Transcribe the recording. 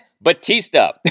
Batista